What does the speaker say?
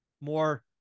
more